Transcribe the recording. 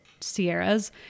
Sierras